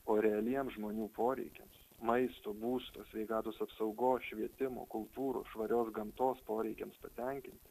o realiems žmonių poreikiams maisto būsto sveikatos apsaugos švietimo kultūros švarios gamtos poreikiams patenkinti